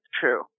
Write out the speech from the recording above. true